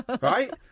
Right